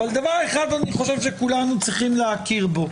אבל דבר אחד אני חושב כולנו צריכים להכיר בו,